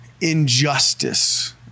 injustice